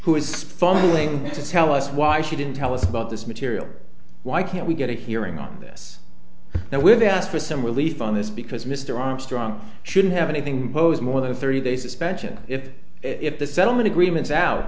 who was fumbling to tell us why she didn't tell us about this material why can't we get a hearing on this now when they ask for some relief on this because mr armstrong shouldn't have anything goes more than thirty they suspension if if the settlement agreement